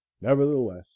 nevertheless